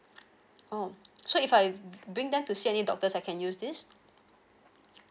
oh so if I bring them to see any doctors I can use this